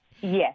Yes